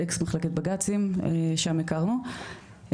אקס מחלקת בג"צים שם הכרנו,